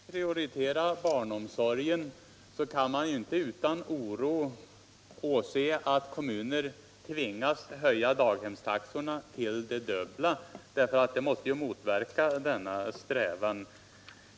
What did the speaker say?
Herr talman! Om man vill prioritera barnomsorgen kan man inte utan oro åse hur kommuner tvingas höja daghemstaxorna till det dubbla — det måste ju motverka denna strävan.